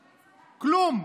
כלום.